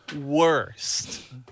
worst